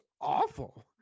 awful